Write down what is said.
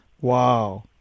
Wow